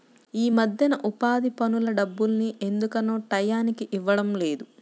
యీ మద్దెన ఉపాధి పనుల డబ్బుల్ని ఎందుకనో టైయ్యానికి ఇవ్వడం లేదు